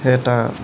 এটা